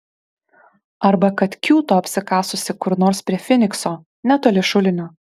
arba kad kiūto apsikasusi kur nors prie finikso netoli šulinio